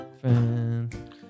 Friend